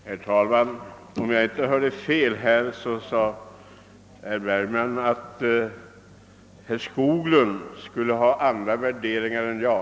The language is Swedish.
Herr talman! Om jag inte hörde fel sade "herr Bergman att herr Skoglund skulle ha andra värderingar än jag.